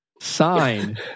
sign